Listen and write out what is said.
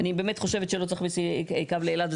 אני באמת חושבת שלא צריך קו לאילת,